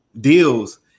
deals